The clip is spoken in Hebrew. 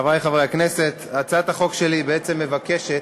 חברי חברי הכנסת, הצעת החוק שלי בעצם מבקשת